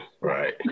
right